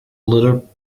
little